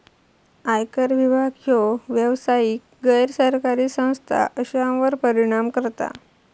आयकर विभाग ह्यो व्यावसायिक, गैर सरकारी संस्था अश्यांवर परिणाम करता